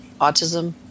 autism